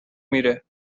میره